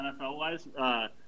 NFL-wise